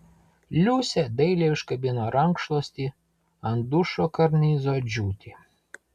liusė dailiai užkabino rankšluostį ant dušo karnizo džiūti